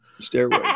stairway